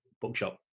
Bookshop